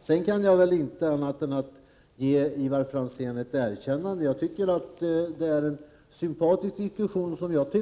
Sedan kan jag inte annat än ge Ivar Franzén ett erkännande. Jag tycker att han för en sympatisk diskussion, som jag